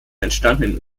entstanden